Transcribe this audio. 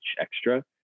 extra